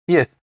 Yes